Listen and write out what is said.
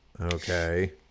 Okay